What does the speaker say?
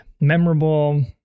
memorable